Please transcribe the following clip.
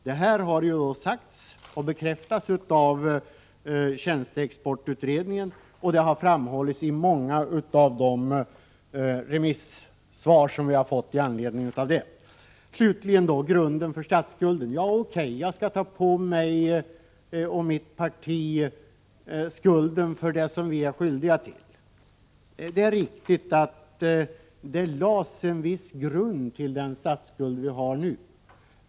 Att så behövs har bekräftats av tjänsteexportutredningen och framhållits i många av de remissvar som avgivits över denna utrednings betänkande. När det gäller statsskulden så O.K., jag skall ta på mig och mitt parti skulden för det som vi är skyldiga till. Det är riktigt att det under de borgerliga regeringarnas tid lades en viss grund till den statsskuld som vi har nu.